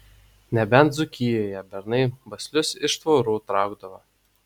nebent dzūkijoje bernai baslius iš tvorų traukdavo